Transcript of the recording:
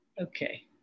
Okay